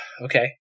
Okay